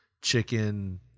chicken